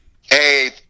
Hey